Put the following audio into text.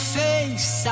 face